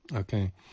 Okay